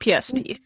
PST